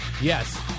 Yes